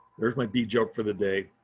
there's my bee joke for the day.